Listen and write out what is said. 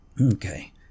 Okay